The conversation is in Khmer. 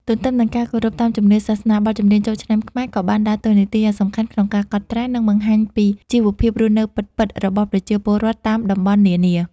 ទន្ទឹមនឹងការគោរពតាមជំនឿសាសនា បទចម្រៀងចូលឆ្នាំខ្មែរក៏បានដើរតួនាទីយ៉ាងសំខាន់ក្នុងការកត់ត្រា និងបង្ហាញពីជីវភាពរស់នៅពិតៗរបស់ប្រជាពលរដ្ឋតាមតំបន់នានា។